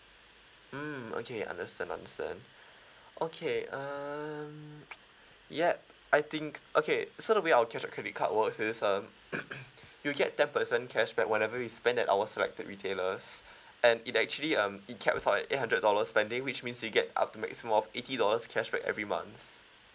mm okay understand understand okay um yup I think okay so the way our cashback credit card works is um you get ten percent cashback whenever you spend at our selected retailers and it actually um it caps on eight hundred dollars spending which means you get up to maximum of eighty dollars cashback every month